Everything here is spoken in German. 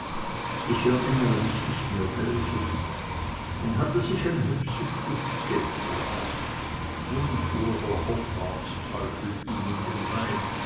ich erinnere mich nicht mehr welches und hatte sich ein hübsches stück geld erworben nun fuhr der hoffahrtsteufel ihm in den leib